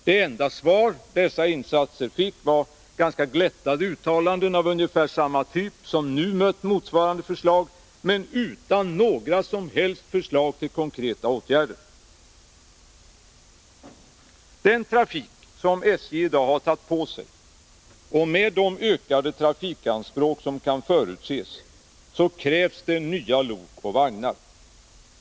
Det enda svar dessa insatser fick var ganska glättade uttalanden av ungefär samma typ som nu mött motsvarande förslag — och inga som helst förslag till konkreta åtgärder. Den trafik som SJ i dag har tagit på sig innebär — med de ökade anspråk som kan förutses — att det krävs nya lok och vagnar.